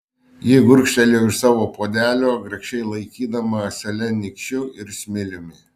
ji gurkštelėjo iš savo puodelio grakščiai laikydama ąselę nykščiu ir smiliumi